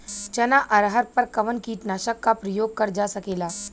चना अरहर पर कवन कीटनाशक क प्रयोग कर जा सकेला?